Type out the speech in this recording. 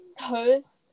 Toast